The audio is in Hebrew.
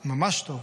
/ ממש טוב!